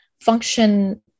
function